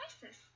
crisis